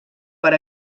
per